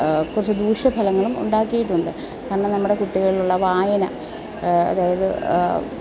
കുറച്ച് ദൂഷ ഫലങ്ങളും ഉണ്ടാക്കിയിട്ടുണ്ട് കാരണം നമ്മുടെ കുട്ടികളിലുള്ള വായന അതായത്